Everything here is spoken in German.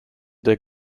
der